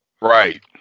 Right